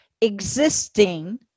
existing